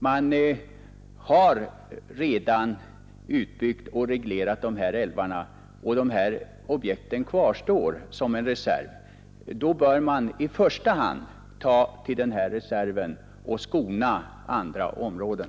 Man har redan utbyggt och reglerat dessa älvar, och de objekten kvarstår som en reserv. Då bör man i första hand tillgripa den här reserven och skona andra områden.